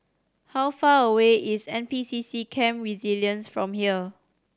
how far away is N P C C Camp Resilience from here